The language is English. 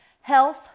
health